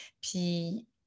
puis